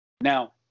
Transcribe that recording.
Now